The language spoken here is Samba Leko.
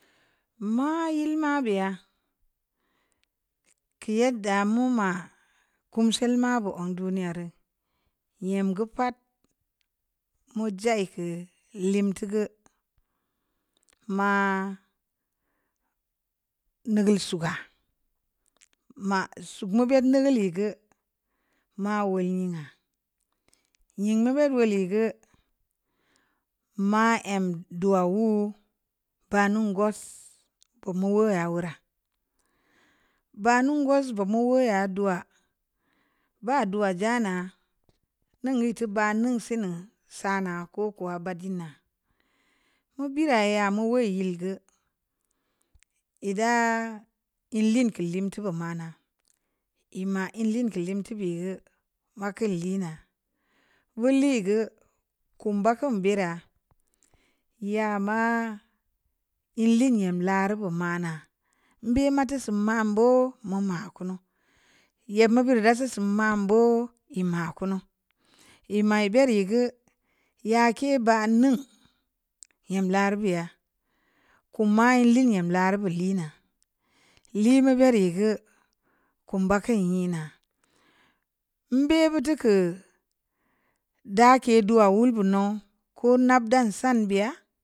Maa yil mabeya, yedda meunmaa, kumsel mabe zong duniya rii. nyem geu pat, meu jai keu limta geu, maa maa nigeul suga, maa sug meu beh nigeul ya geu, maa wol nyigha. nying bed woleu geu, maa em duwaa wuu, baah nungwas, bob mu woya wora, baah nungwas bob meu woya wora, baa duwa jana, ningeu ii teu baah ningsini saa naa, kokowa badeun ya, meu birai ya meu woi nyil geu, ii daa inliin keu limteu be maa naa, ii maa inliin limteu beya geu, ma keun liinaa, meu lii geu, kum ba keu beraa, ya maa inliin nyamla ruu be manaa, nbe ma teu seun maan boo, meu maa keunu, yeb meu beuri da teu seun maan boo, ii maa kunu, ii maa ii bereui geu, yake baah ning, nyam laa ruu beya, kum ma inliin nyam la ruu beh liinaa, lii meu bereui geu, kum ba keun nyinaa, nbe beu teu keu, dake duwa wul beh nouw, ko nab dan san beya.